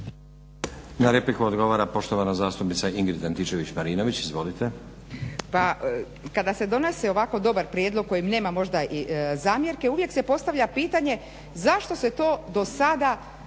Na repliku odgovara poštovana zastupnica Ingrid Antičević-Marinović. Izvolite. **Antičević Marinović, Ingrid (SDP)** Pa kada se donosi ovako dobar prijedlog o kojem nema možda i zamjerke. Uvijek se postavlja pitanje zašto se to do sada